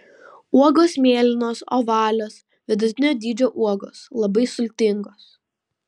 uogos mėlynos ovalios vidutinio dydžio uogos labai sultingos